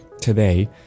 today